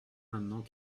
maintenant